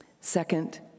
Second